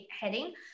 heading